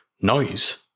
noise